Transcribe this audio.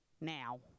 now